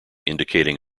indicating